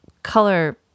color